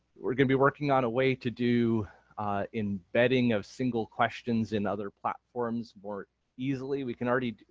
we're gonna be working on a way to do embedding of single questions in other platforms more easily. we can already,